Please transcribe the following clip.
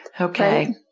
Okay